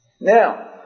Now